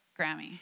Grammy